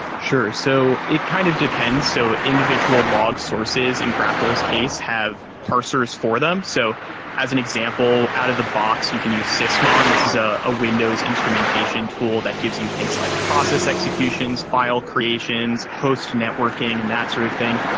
sure. so it kind of depends. so individual log sources in grapl's case have parsers for them. so as an example, out of the box, you can use sysmon. this is a ah windows instrumentation tool that gives you things like process executions, file creations, host networking and that's sort of thing.